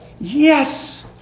Yes